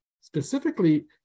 specifically